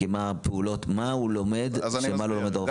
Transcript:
מה הוא לומד שלא לומד הרופא?